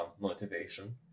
motivation